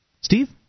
Steve